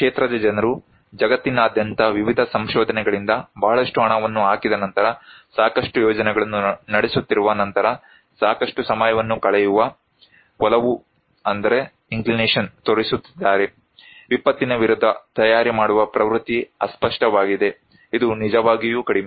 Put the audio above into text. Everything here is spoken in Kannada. ಕ್ಷೇತ್ರದ ಜನರು ಜಗತ್ತಿನಾದ್ಯಂತದ ವಿವಿಧ ಸಂಶೋಧನೆಗಳಿಂದ ಬಹಳಷ್ಟು ಹಣವನ್ನು ಹಾಕಿದ ನಂತರ ಸಾಕಷ್ಟು ಯೋಜನೆಗಳನ್ನು ನಡೆಸುತ್ತಿರುವ ನಂತರ ಸಾಕಷ್ಟು ಸಮಯವನ್ನು ಕಳೆಯುವ ಒಲವು ತೋರಿಸುತ್ತಿದ್ದಾರೆ ವಿಪತ್ತಿನ ವಿರುದ್ಧ ತಯಾರಿ ಮಾಡುವ ಪ್ರವೃತ್ತಿ ಅಸ್ಪಷ್ಟವಾಗಿದೆ ಇದು ನಿಜವಾಗಿಯೂ ಕಡಿಮೆ